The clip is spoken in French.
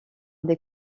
des